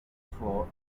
for